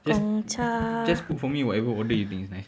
just just put for me whatever order you think is nice